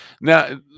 Now